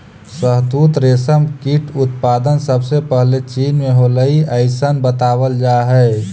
शहतूत रेशम कीट उत्पादन सबसे पहले चीन में होलइ अइसन बतावल जा हई